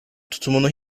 tutumunu